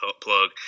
plug